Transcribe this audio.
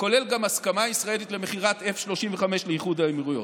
כולל גם הסכמה ישראלית למכירת F-35 לאיחוד האמירויות.